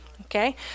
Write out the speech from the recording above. okay